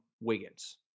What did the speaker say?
Wiggins